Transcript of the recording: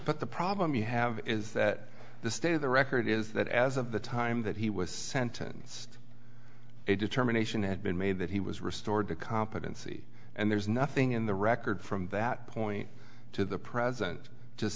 but the problem you have is that the state of the record is that as of the time that he was sentenced a determination had been made that he was restored to competency and there's nothing in the record from that point to the present